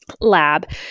lab